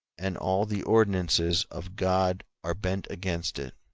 and all the ordinances of god are bent against it.